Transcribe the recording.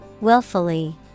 Willfully